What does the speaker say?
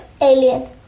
alien